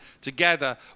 together